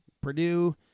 Purdue